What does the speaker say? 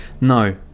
No